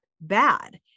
bad